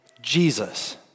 Jesus